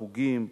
חוגים,